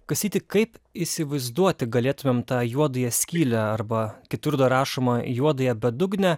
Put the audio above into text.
kastyti kaip įsivaizduoti galėtumėm tą juodąją skylę arba kitur dar rašoma juodąją bedugnę